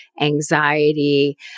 anxiety